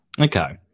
Okay